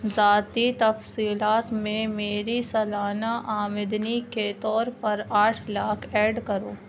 ذاتی تفصیلات میں میری سالانہ آمدنی کے طور پر آٹھ لاکھ ایڈ کرو